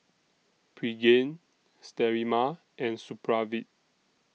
Pregain Sterimar and Supravit